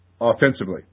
offensively